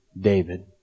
David